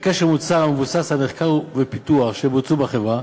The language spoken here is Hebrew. בקשר למוצר המבוסס על מחקר ופיתוח שבוצעו בחברה.